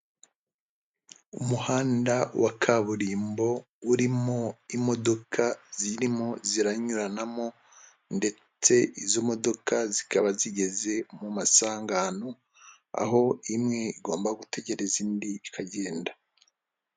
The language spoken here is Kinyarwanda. Umuhanda wa kaburimbo urimo imodoka zirimo ziranyuranamo ndetse izo modoka zikaba zigeze mu masangano aho imwe igomba gutegereza indi ikagenda.